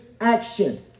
action